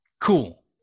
Cool